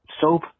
soap